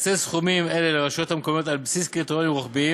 שתקצה סכומים אלה לרשויות המקומיות על בסיס קריטריונים רוחביים,